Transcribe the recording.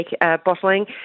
bottling